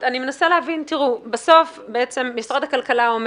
בסוף משרד הכלכלה,